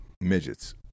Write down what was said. Midgets